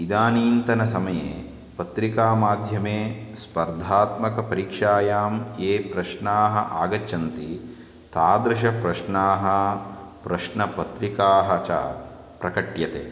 इदानीन्तनसमये पत्रिकामाध्यमे स्पर्धात्मकपरीक्षायां ये प्रश्नाः आगच्छन्ति तादृशप्रश्नाः प्रश्नपत्रिकाः च प्रकट्यन्ते